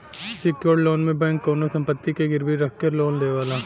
secured loan में bank कउनो संपत्ति के गिरवी रखके लोन देवला